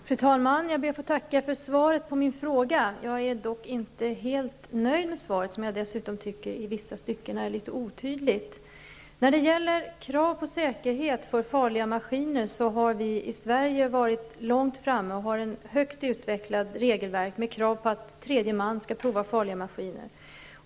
Fru talman! Jag tackar för svaret på min fråga. Jag är dock inte helt nöjd med svaret, som jag dessutom i vissa stycken tycker är litet otydligt. När det gäller krav på säkerhet vid användning av farliga maskiner är vi i Sverige långt framme. Vi har ett högt utvecklat regelverk, med krav på att tredje man skall prova farliga maskiner.